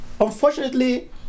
unfortunately